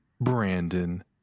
Brandon